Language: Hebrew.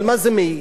על מה זה מעיד?